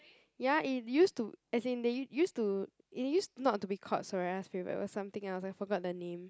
ya it used to as in they use to it use to not to be called Soraya's favorite it was something else I forgot the name